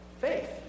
faith